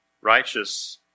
Righteous